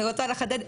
אני רוצה לחדד,